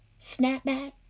snapback